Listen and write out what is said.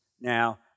now